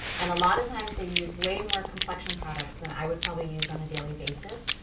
and a lot of times they use way more complexion products than i would probably use on a daily basis.